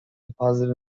deposited